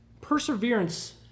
perseverance